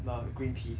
the green peas